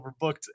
overbooked